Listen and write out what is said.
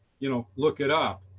you know, look it up,